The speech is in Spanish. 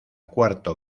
cuarto